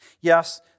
Yes